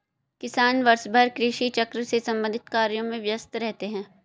किसान वर्षभर कृषि चक्र से संबंधित कार्यों में व्यस्त रहते हैं